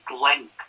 length